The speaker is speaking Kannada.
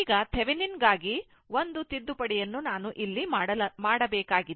ಈಗ Thevenin ಗಾಗಿ ಒಂದು ತಿದ್ದುಪಡಿಯನ್ನು ನಾನು ಇಲ್ಲಿ ಮಾಡಬೇಕಾಗಿದೆ